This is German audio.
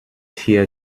hier